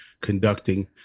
conducting